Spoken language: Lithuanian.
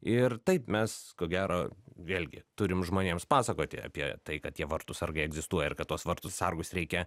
ir taip mes ko gero vėlgi turim žmonėms pasakoti apie tai kad tie vartų sargai egzistuoja ir kad tuos vartų sargus reikia